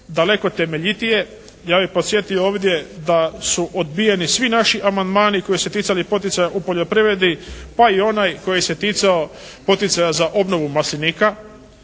daleko temeljitije. Ja bih podsjetio ovdje da su odbijeni svi naši amandmani koji su se ticali poticaja u poljoprivredi pa i onaj koji se ticao poticaja za obnovu maslinika.